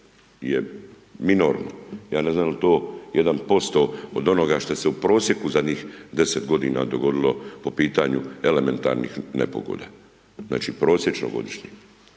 je minorno. Ja ne znam jel to 1% od onoga što se je u prosjeka u zadnjih 10 g. dogodilo po pitanju elementarnih nepogoda. Znači prosječno godišnje.